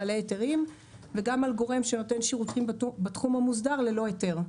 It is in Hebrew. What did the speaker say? בעלי היתרים וגם על גורם שנותן שירותים בתחום המוסד ללא היתר.